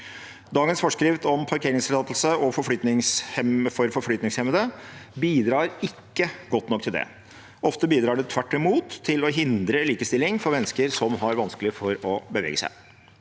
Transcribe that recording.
Dagens forskrift om parkeringstillatelse for forflytningshemmede bidrar ikke godt nok til det. Ofte bidrar det tvert imot til å hindre likestilling for mennesker som har vanskelig for å bevege seg.